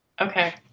Okay